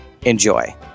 Enjoy